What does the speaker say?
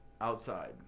Outside